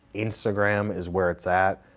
instagram is where it's at.